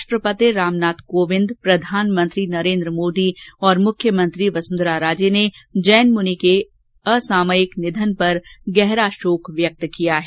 राष्ट्रपति रामनाथ कोविंद प्रधानमंत्री नरेन्द्र मोदीऔर मुख्यमंत्री वसुंघरा राजे ने जैन मुनि के असामयिक निघन पर गहरा शोक व्यक्त किया है